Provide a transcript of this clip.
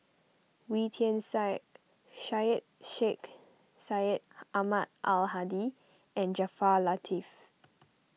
Wee Tian Siak Syed Sheikh Syed Ahmad Al Hadi and Jaafar Latiff